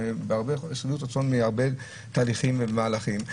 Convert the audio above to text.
שביעות רצון מהרבה תהליכים ומהלכים.